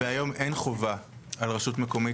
ואני מבין שהיום אין על רשות מקומית